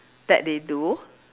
that they do